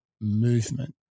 movement